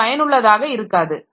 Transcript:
அது பயனுள்ளதாக இருக்காது